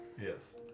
Yes